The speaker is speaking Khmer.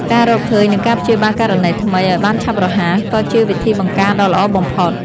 ការរកឃើញ និងការព្យាបាលករណីថ្មីឱ្យបានឆាប់រហ័ស ក៏ជាវិធីបង្ការដ៏ល្អបំផុត។